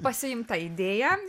pasiimta idėja